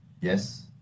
Yes